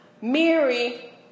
Mary